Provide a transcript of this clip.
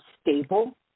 stable